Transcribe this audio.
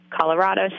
Colorado